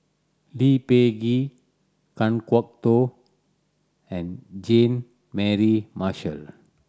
Lee Peh Gee Kan Kwok Toh and Jean Mary Marshall